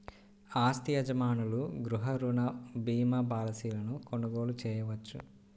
ఆస్తి యజమానులు గృహ రుణ భీమా పాలసీలను కొనుగోలు చేయవచ్చు